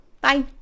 Bye